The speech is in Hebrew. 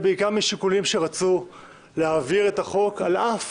ובעיקר משיקולים שרצו להעביר את החוק על אף